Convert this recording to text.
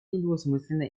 недвусмысленно